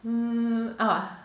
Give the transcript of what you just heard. M_R